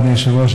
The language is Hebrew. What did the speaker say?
אדוני היושב-ראש,